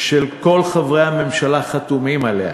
שכל חברי הממשלה חתומים עליה,